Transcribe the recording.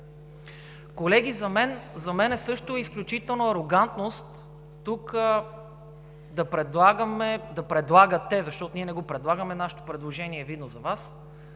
Колеги, за мене също е изключителна арогантност тук да предлагаме – да предлагате, защото ние не го предлагаме, нашето предложение е видно за Вас,